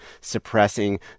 suppressing